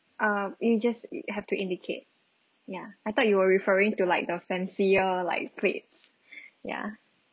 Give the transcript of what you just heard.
err you just i~ have to indicate ya I thought you were referring to like the fancier like plates ya